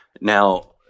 Now